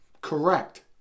Correct